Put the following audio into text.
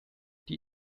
die